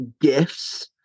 gifts